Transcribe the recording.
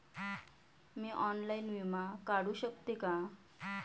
मी online विमा काढू शकते का?